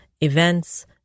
events